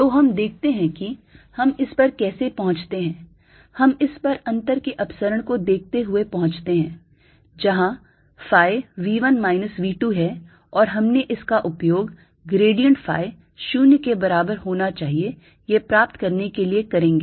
तो हम देखते हैं कि हम इस पर कैसे पहुंचे हैं हम इस पर अंतर के अपसरण को देखते हुए पहुंचे हैं जहां phi V 1 minus V 2 है और हमने इसका उपयोग grad phi 0 के बराबर होना चाहिए यह प्राप्त करने के लिए करेंगे